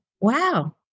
Wow